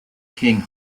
king